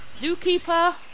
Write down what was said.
Zookeeper